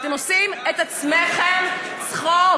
אתם שמים את עצמכם לצחוק.